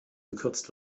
gekürzt